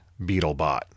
Beetlebot